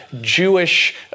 Jewish